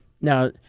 Now